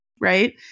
right